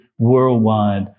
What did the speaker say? worldwide